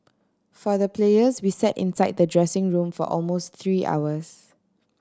for the players we sat inside the dressing room for almost three hours